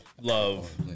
Love